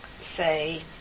say